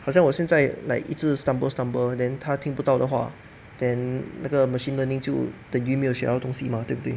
好像我现在 like 一直 stumble stumble then 他听不到的话 then 那个 machine learning 就等于没有学到东西 mah 对不对